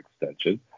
extension